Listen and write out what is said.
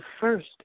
first